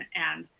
and